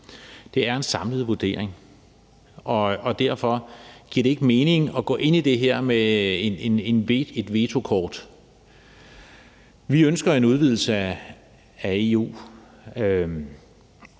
Det er en samlet vurdering, og derfor giver det ikke mening at gå ind i det her med et vetokort. Vi ønsker en udvidelse af EU.